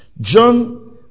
John